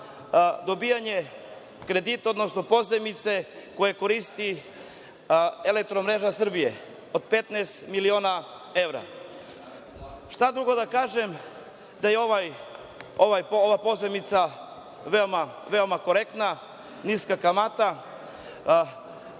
dobijanje kredita, odnosno pozajmice koje koristi „Elektromreža Srbije“ od 15 miliona evra. Šta drugo da kažem nego da je ova pozajmica veoma korektna, niska kamata,